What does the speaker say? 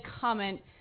comment